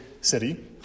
city